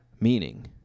meaning